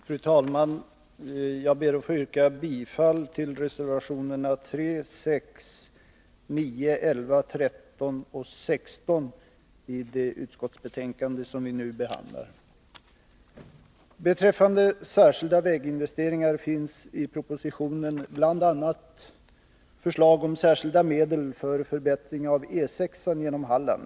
Fru talman! Jag ber att få yrka bifall till reservationerna 3, 6, 9, 11, 13 och 16 i det utskottsbetänkande som vi nu behandlar. Beträffande särskilda väginvesteringar finns i propositionen bl.a. förslag om särskilda medel för förbättring av E 6:an genom Halland.